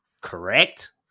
correct